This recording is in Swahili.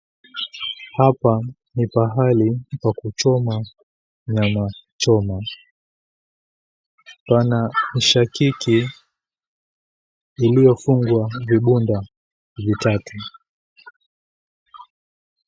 Hapa ni pahali pa kuchoma nyama choma. Pana mishakiki, iliyofungwa vibunda vitatu.